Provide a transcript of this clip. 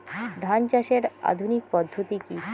ধান চাষের আধুনিক পদ্ধতি কি?